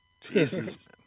Jesus